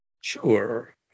Sure